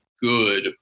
good